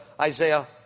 Isaiah